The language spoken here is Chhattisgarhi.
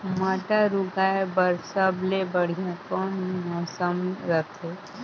मटर उगाय बर सबले बढ़िया कौन मौसम रथे?